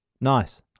Nice